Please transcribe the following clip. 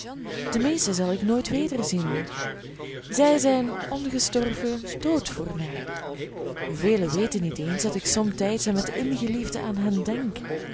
de meeste zal ik nooit wederzien zij zijn ongestorven dood voor mij vele weten niet eens dat ik somtijds en met innige liefde aan hen denk